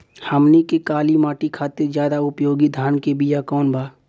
हमनी के काली माटी खातिर ज्यादा उपयोगी धान के बिया कवन बा?